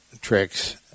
tricks